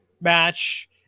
match